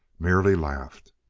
merely laughed.